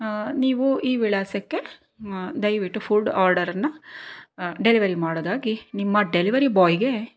ನೀವು ಈ ವಿಳಾಸಕ್ಕೆ ದಯವಿಟ್ಟು ಫುಡ್ ಆರ್ಡರನ್ನ ಡೆಲಿವರಿ ಮಾಡೋದಾಗಿ ನಿಮ್ಮ ಡೆಲಿವರಿ ಬೊಯ್ಗೆ